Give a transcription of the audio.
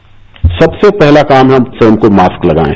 bite सबसे पहला काम हम स्वयं को माक्स लगाएं